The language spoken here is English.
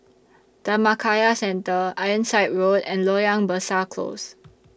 Dhammakaya Centre Ironside Road and Loyang Besar Close